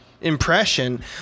impression